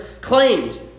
claimed